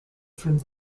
from